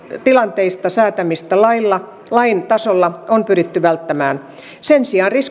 tilanteista säätämistä lain tasolla on pyritty välttämään sen sijaan